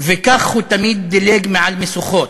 וכך הוא תמיד דילג מעל משוכות,